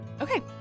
Okay